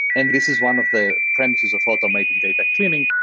and this is one of the premises of automated data cleaning.